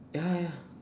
ya ya